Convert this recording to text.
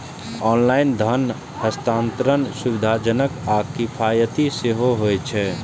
online धन हस्तांतरण सुविधाजनक आ किफायती सेहो होइ छै